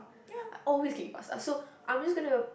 I always can eat pasta so I'm just gonna